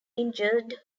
injured